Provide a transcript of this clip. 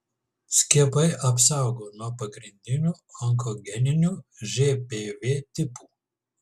skiepai apsaugo nuo pagrindinių onkogeninių žpv tipų